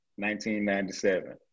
1997